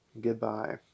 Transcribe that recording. Goodbye